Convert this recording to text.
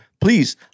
please